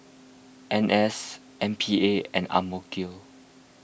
N S M P A and Amk